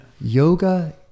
Yoga